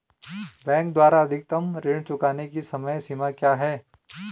Bank द्वारा अधिकतम ऋण चुकाने की समय सीमा क्या है?